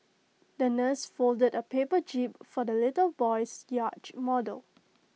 the nurse folded A paper jib for the little boy's yacht model